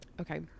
okay